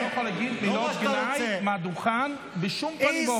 אתה לא יכול להגיד מילות גנאי מהדוכן בשום פנים ואופן.